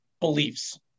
beliefs